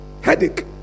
headache